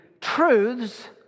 truths